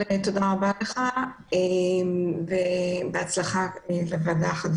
ברכות ליושב-ראש הוועדה ובהצלחה.